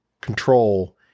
control